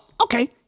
okay